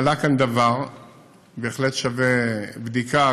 את מעלה כאן דבר שבהחלט שווה בדיקה,